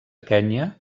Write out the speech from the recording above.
kenya